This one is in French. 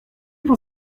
pour